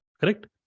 correct